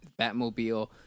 Batmobile